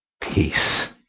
Peace